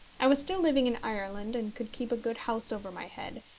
i was still living in ireland, and could keep a good house over my head,